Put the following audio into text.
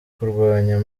kurwanya